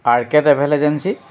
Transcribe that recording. R K travel agency